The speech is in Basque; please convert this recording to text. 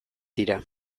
dira